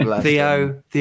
Theo